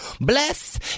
Bless